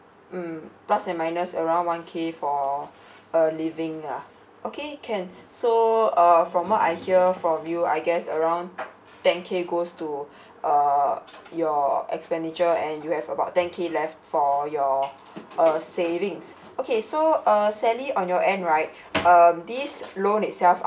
mm plus and minus around one K for uh living lah okay can so uh from what I hear from you I guess around ten K goes to uh your expenditure and you have about ten K left for your uh savings okay so uh sally on your end right um this loan itself